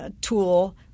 tool